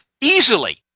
Easily